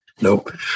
Nope